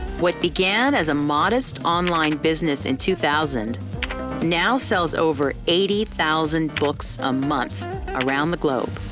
what began as a modest online business in two thousand now sells over eighty thousand books a month around the globe.